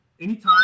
Anytime